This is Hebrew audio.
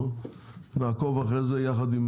ואנחנו נעקוב אחרי זה יחד,